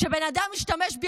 כשבן אדם משתמש בי,